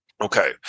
Okay